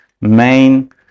main